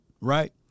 right